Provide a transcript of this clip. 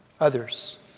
others